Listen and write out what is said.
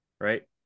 Right